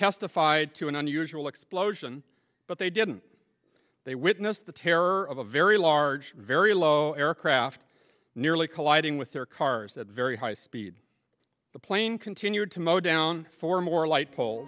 testified to an unusual explosion but they didn't they witness the terror of a very large very low aircraft nearly colliding with their cars at very high speed the plane continued to mow down four more light pole